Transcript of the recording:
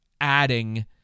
adding